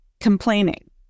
complaining